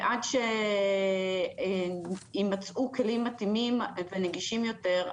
ועד שיימצאו כלים מתאימים ונגישים יותר,